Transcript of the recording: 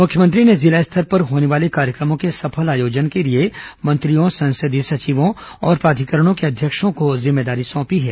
मुख्यमंत्री ने जिला स्तर पर होने वाले कार्यक्रमों के सफल आयोजन के लिए मंत्रियों संसदीय सचिवों और प्राधिकरणों के अध्यक्षों को जिम्मेदारी सौंपी है